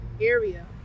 area